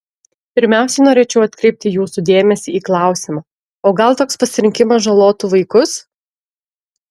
pirmiausiai norėčiau atkreipti jūsų dėmesį į klausimą o gal toks pasirinkimas žalotų vaikus